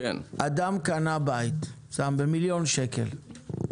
אדם קנה בית במיליון שקל,